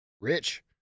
Rich